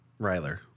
Ryler